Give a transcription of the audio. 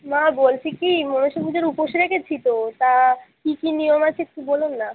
মা বলছি কি মনসা পুজোর উপোস রেখেছি তো তা কী কী নিয়ম আছে একটু বলুন না